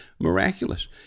miraculous